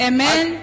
Amen